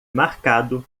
marcado